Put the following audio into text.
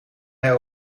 hij